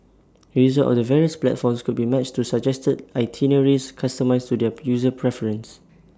A user of the various platforms could be matched to suggested itineraries customised to their user preference